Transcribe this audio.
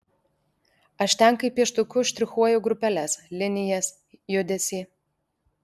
aš ten kaip pieštuku štrichuoju grupeles linijas judesį